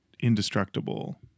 indestructible